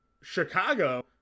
Chicago